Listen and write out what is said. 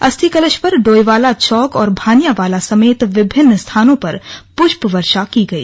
अस्थि कलश पर डोईवाला चौक और भानियावाला समेत विभिन्न विभिन्न स्थानों पर पुष्प वर्षा की गई